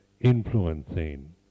influencing